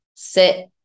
sit